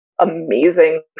amazing